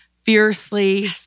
fiercely